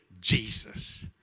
Jesus